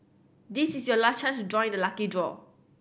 this is your last chance to join the lucky draw